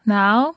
now